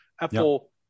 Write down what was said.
Apple